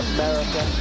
America